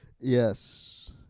yes